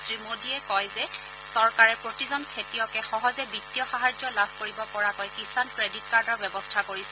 শ্ৰীমোদীয়ে কয় যে চৰকাৰে প্ৰতিজন খেতিয়কে সহজে বিত্তীয় সাহায্য লাভ কৰিব পৰাকৈ কিষাণ ক্ৰেডিট কাৰ্ডৰ ব্যৱস্থা কৰিছে